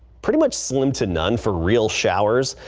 pretty much slim to none for real showers.